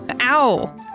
Ow